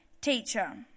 Teacher